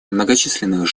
многочисленных